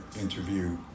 interview